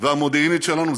והמודיעינית שלנו.